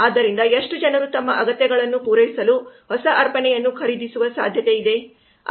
ಆದ್ದರಿಂದ ಎಷ್ಟು ಜನರು ತಮ್ಮ ಅಗತ್ಯಗಳನ್ನು ಪೂರೈಸಲು ಹೊಸ ಅರ್ಪಣೆಯನ್ನು ಖರೀದಿಸುವ ಸಾಧ್ಯತೆಯಿದೆ